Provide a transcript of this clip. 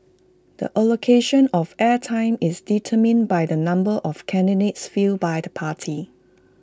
the allocation of air time is determined by the number of candidates fielded by the party